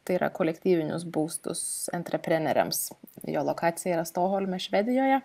tai yra kolektyvinius būstus antrepreneriams jo lokacija yra stokholme švedijoje